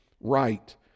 right